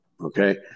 Okay